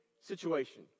situation